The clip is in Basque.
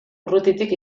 urrutitik